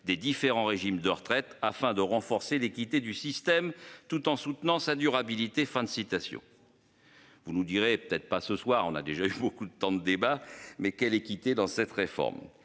des différents régimes de retraite afin de renforcer l'équité du système tout en soutenant sa durabilité, fin de citation. Vous nous direz peut-être pas ce soir, on a déjà eu beaucoup de temps de débat mais quelle équité dans cette réforme.